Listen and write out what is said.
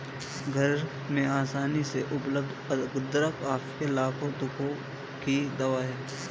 घर में आसानी से उपलब्ध अदरक आपके लाखों दुखों की दवा है